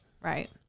Right